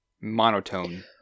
monotone